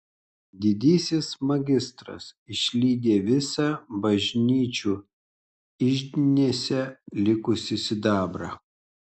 didysis magistras išlydė visą bažnyčių iždinėse likusį sidabrą